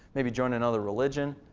maybe join another religion.